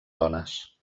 dones